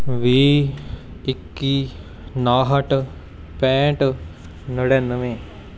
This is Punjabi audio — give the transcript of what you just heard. ਵੀਹ ਇੱਕੀ ਉਣਾਹਠ ਪੈਂਹਠ ਨੜਿਨਵੇਂ